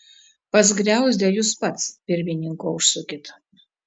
pas griauzdę jūs pats pirmininko užsukit